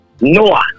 Noah